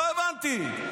לא הבנתי.